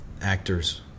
actors